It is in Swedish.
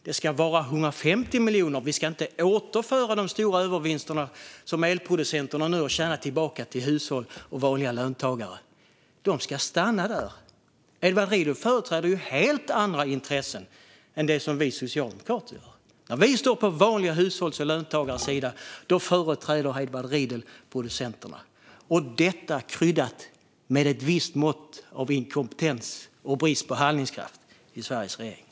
Det ska vara 150 miljoner, och vi ska inte återföra de stora övervinster som elproducenterna nu har gjort tillbaka till hushåll och vanliga löntagare. De ska stanna där. Edward Riedl företräder helt andra intressen än dem vi socialdemokrater företräder. När vi står på vanliga hushålls och löntagares sida företräder Edward Riedl producenterna - detta kryddat med ett visst mått av inkompetens och brist på handlingskraft i Sveriges regering.